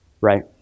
Right